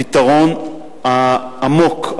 הפתרון העמוק,